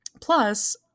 plus